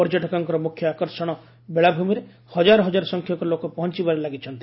ପର୍ଯ୍ୟଟକଙ୍କ ମୁଖ୍ୟ ଆକର୍ଷଣ ବେଳାଭୂମିରେ ହଜାର ହଜାର ସଂଖ୍ୟକ ଲୋକ ପହଞ୍ଚବାରେ ଲାଗିଛନ୍ତି